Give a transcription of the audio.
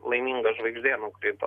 laiminga žvaigždė nukrito